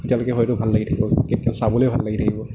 তেতিয়ালৈকে হয়তো ভাল লাগি থাকিব ক্ৰিকেট চাবলৈ ভাল লাগি থাকিব